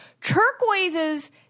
Turquoises